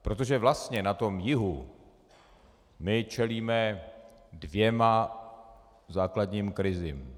Protože vlastně na jihu my čelíme dvěma základním krizím.